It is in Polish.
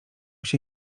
się